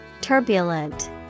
Turbulent